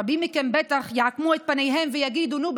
רבים מכם בטח יעקמו את פניהם ויגידו: נו,